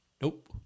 Nope